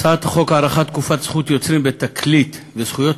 הצעת חוק הארכת תקופת זכות יוצרים בתקליט וזכויות